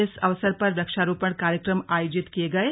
इस अवसर पर वृक्षारोपण कार्यक्रम आयोजित किये गये